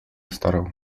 starał